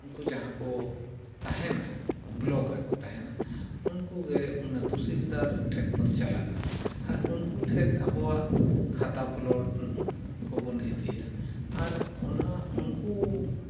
ᱩᱱᱠᱩ ᱡᱟᱦᱟᱸ ᱠᱚ ᱛᱟᱦᱮᱱᱟ ᱵᱞᱚᱠ ᱨᱮᱠᱚ ᱛᱟᱦᱮᱱᱟ ᱩᱱᱠᱩᱜᱮ ᱢᱟᱱᱮ ᱛᱩᱥᱤᱞᱫᱟᱨ ᱴᱷᱮᱱᱵᱚᱱ ᱪᱟᱞᱟᱜᱼᱟ ᱟᱨ ᱩᱱᱠᱩ ᱴᱷᱮᱱ ᱟᱵᱚᱣᱟᱜ ᱠᱷᱟᱛᱟ ᱯᱞᱚᱴ ᱠᱚᱵᱚᱱ ᱤᱫᱤᱭᱟ ᱟᱨ ᱚᱱᱟ ᱩᱱᱠᱩ